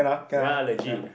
ya legit